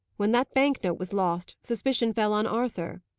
when that bank-note was lost, suspicion fell on arthur.